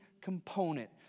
Component